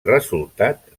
resultat